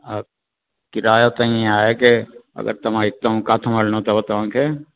हा किरायो त इअं आहे की अगरि तव्हां हितां किथे हलिणो अथव तव्हांखे